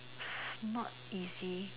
not easy